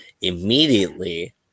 immediately